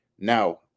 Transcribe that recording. now